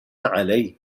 علي